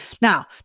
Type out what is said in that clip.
Now